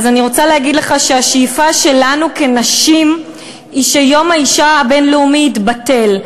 אני רוצה להגיד לך שהשאיפה שלנו כנשים היא שיום האישה הבין-לאומי יתבטל.